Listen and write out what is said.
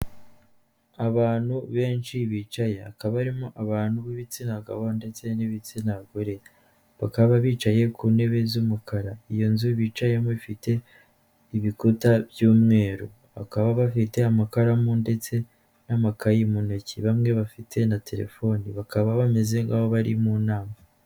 Abantu benshi bicaye, hakaba barimo abantu b'ibitsina gabo ndetse n'ibitsina gore, bakaba bicaye ku ntebe z'umukara. Iyo nzu bicayemo ifite ibikuta by'umweru. Bakaba bafite amakaramu ndetse n'amakayi mu ntoki, bamwe bafite na telefoni, bakaba bameze nk'aho bari mu nama.